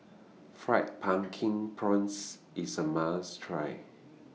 Fried Pumpkin Prawns IS A must Try